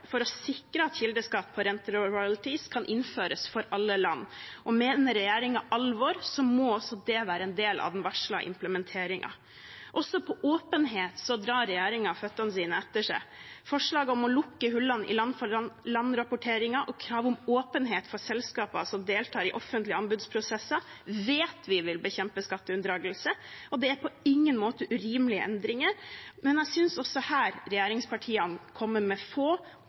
for å sikre at kildeskatt på renter og royalties kan innføres for alle land. Mener regjeringen alvor, må også det være en del av den varslede implementeringen. Også på åpenhet drar regjeringen føttene etter seg. Forslaget om å lukke hullene i land-for-land-rapporteringen og kravet om åpenhet for selskaper som deltar i offentlige anbudsprosesser, vet vi vil bekjempe skatteunndragelse, og det er på ingen måte urimelige endringer, men jeg synes også her at regjeringspartiene kommer med få